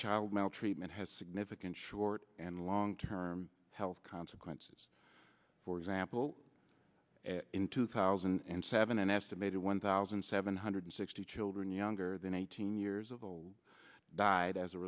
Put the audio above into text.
child maltreatment has significant short and long term health consequences for example in two thousand and seven an estimated one thousand seven hundred sixty children younger than eighteen years of old died as a